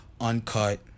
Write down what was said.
uncut